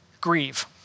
grieve